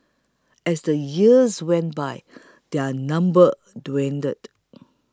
as the years went by their number dwindled